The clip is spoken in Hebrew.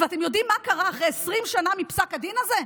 ואתם יודעים מה קרה אחרי 20 שנה מפסק הדין הזה?